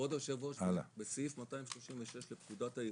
כבוד היושב ראש, בסעיף 236 לפקודת העיריות,